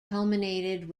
culminated